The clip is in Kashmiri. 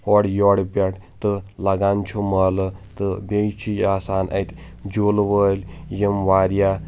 ہورٕ یورٕ پٮ۪ٹھ تہٕ لگان چھُ مٲلہٕ تہٕ بیٚیہِ چھ یہِ آسان اتہِ جولہٕ وٲلۍ یِم واریاہ